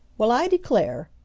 well, i declare!